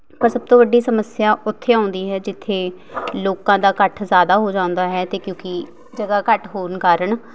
ਔਰ ਸਭ ਤੋਂ ਵੱਡੀ ਸਮੱਸਿਆ ਉੱਥੇ ਆਉਂਦੀ ਹੈ ਜਿੱਥੇ ਲੋਕਾਂ ਦਾ ਇਕੱਠ ਜ਼ਿਆਦਾ ਹੋ ਜਾਂਦਾ ਹੈ ਅਤੇ ਕਿਉਂਕਿ ਜਗ੍ਹਾ ਘੱਟ ਹੋਣ ਕਾਰਨ